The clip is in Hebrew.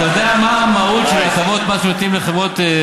אתה יודע מה המהות של הטבות מס שמציעים לחברות?